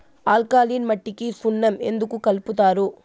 alkaline మట్టికి సున్నం ఎందుకు కలుపుతారు